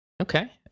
Okay